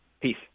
Peace